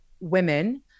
women